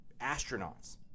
astronauts